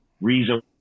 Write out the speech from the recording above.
reason